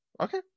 Okay